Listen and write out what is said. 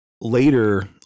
later